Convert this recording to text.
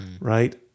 right